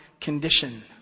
condition